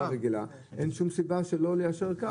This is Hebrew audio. אין שום סיבה לא ליישר קו,